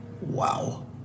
Wow